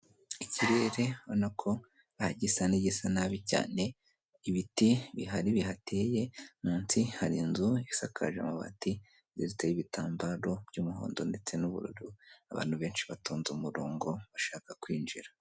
Ikirere ubona ko gisa n'igisa nabi cyane ibiti bihari bihateye, munsi hari inzu isakaje amabati izitiyeho ibitambaro by'umuhondo ndetse n'ubururu. Abantu benshi batonnze umurongo bashaka kwinjira.